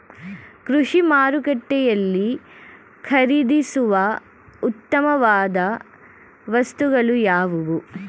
ಕೃಷಿ ಮಾರುಕಟ್ಟೆಯಲ್ಲಿ ಖರೀದಿಸುವ ಉತ್ತಮವಾದ ವಸ್ತುಗಳು ಯಾವುವು?